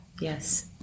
yes